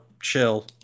chill